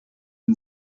ihn